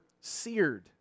seared